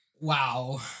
Wow